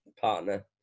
partner